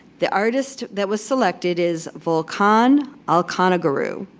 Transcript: the artist that was selected is volkan alkanoglu,